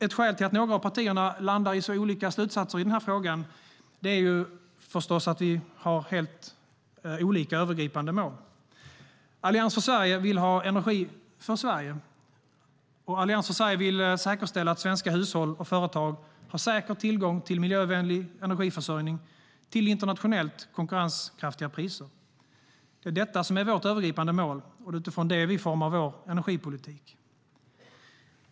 Ett skäl till att några av partierna landar i så olika slutsatser i frågan är förstås att vi har helt olika övergripande mål. Allians för Sverige vill ha energi för Sverige. Allians för Sverige vill säkerställa att svenska hushåll och företag har säker tillgång till miljövänlig energiförsörjning till internationellt konkurrenskraftiga priser. Detta är vårt övergripande mål, och det är utifrån det vi formar vår energipolitik.